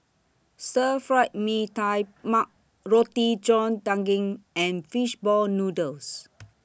Stir Fried Mee Tai Mak Roti John Daging and Fish Ball Noodles